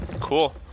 cool